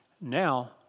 Now